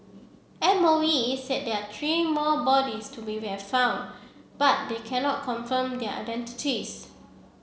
M O E said there three more bodies to be found but they cannot confirm their identities